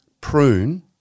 prune